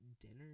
dinner